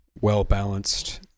Well-balanced